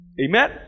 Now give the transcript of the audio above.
Amen